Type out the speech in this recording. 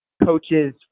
coaches